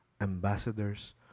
ambassadors